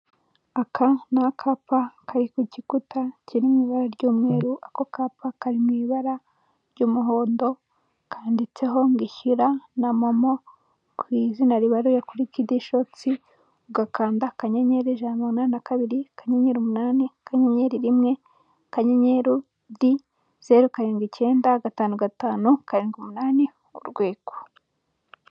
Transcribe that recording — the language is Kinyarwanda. Aka ni akapa kari ku gikuta kiri mu ibara ry'umweru ako kapa kari mu ibara ry'umuhondo kanditseho ngo ishyura na momo ku izina ribaruye kuri Kidi Shotsi ugakanda akanyenyeri ijana na mirongo inani na kabiri akanyenyeri umunani akanyenyeri rimwe akanyenyeri zeru karindwi icyenda gatanu gatanu karindwi umunani urwego.